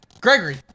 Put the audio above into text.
Gregory